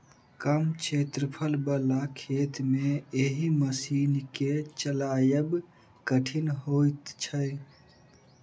कम क्षेत्रफल बला खेत मे एहि मशीन के चलायब कठिन होइत छै